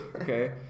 okay